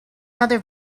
other